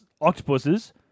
Octopuses